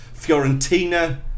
Fiorentina